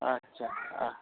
अच्छा अँ